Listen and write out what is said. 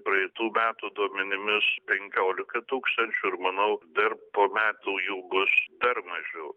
praeitų metų duomenimis penkiolika tūkstančių ir manau dar po metų jų bus dar mažiau